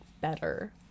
better